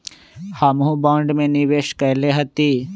हमहुँ बॉन्ड में निवेश कयले हती